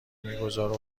میگذاره